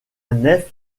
nef